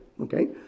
okay